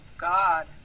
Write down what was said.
God